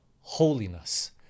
holiness